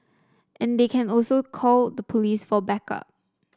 and they can also call the police for backup